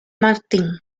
martin